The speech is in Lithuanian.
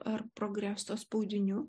ar progreso spaudinių